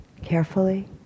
carefully